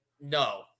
no